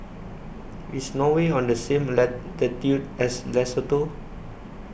IS Norway on The same latitude as Lesotho